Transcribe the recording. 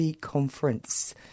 conference